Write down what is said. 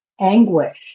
anguish